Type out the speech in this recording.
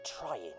trying